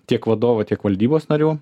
tiek vadovų tiek valdybos narių